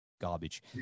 Garbage